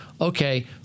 okay